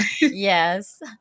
Yes